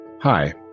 Hi